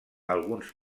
alguns